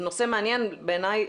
זה נושא מעניין בעיניי.